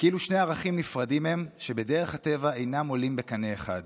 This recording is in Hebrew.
כאילו שני ערכים נפרדים הם שבדרך הטבע אינם עולים בקנה אחד.